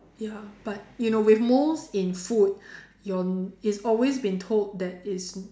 ya but you know with molds in food your it's always been told that it's